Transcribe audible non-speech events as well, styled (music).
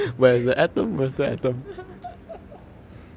(laughs)